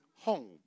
home